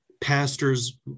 pastors